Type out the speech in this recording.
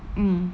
mm